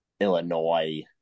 Illinois